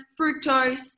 fructose